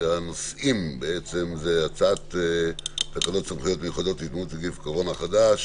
הנושאים הם הצעת תקנות סמכויות מיוחדות להתמודדות עם נגיף הקורונה החדש